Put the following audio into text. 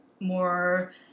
more